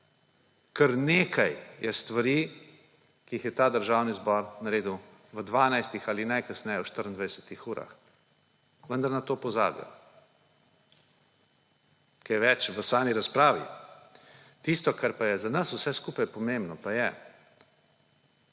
Kar nekaj je stvari, ki jih je Državni zbor naredil v 12 ali najkasneje v 24 urah. Vendar na to pozabijo. Kaj več v sami razpravi. Tisto, kar pa je za nas vse skupaj pomembno, pa je,